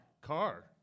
Car